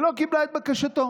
ולא קיבלה את בקשתו